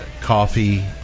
coffee